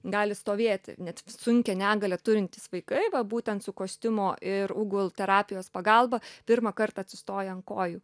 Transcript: gali stovėti net sunkią negalią turintys vaikai va būtent su kostiumo ir ugl terapijos pagalba pirmą kartą atsistoja ant kojų